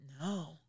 no